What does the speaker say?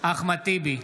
אחמד טיבי,